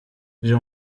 j’ai